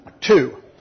Two